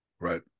right